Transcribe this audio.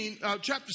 chapter